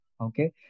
Okay